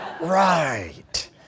right